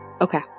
Okay